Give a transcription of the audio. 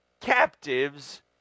captives